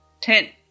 Ten